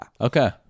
Okay